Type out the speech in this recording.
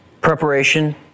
Preparation